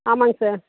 ஆமாம்ங்க சார்